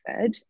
fed